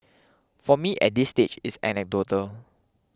for me at this stage it's anecdotal